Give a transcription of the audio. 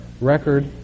record